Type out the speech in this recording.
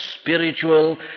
spiritual